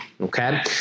Okay